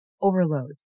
overload